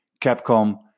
Capcom